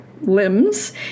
limbs